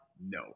No